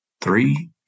three